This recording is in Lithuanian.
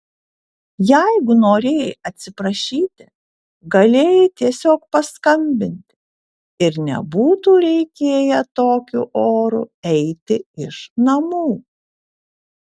jeigu norėjai atsiprašyti galėjai tiesiog paskambinti ir nebūtų reikėję tokiu oru eiti iš namų